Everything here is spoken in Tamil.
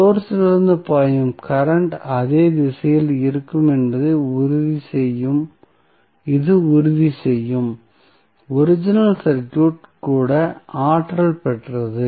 சோர்ஸ் இலிருந்து பாயும் கரண்ட் அதே திசையில் இருக்கும் என்பதை இது உறுதி செய்யும் ஒரிஜினல் சர்க்யூட் கூட ஆற்றல் பெற்றது